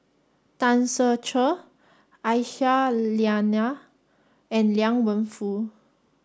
Tan Ser Cher Aisyah Lyana and Liang Wenfu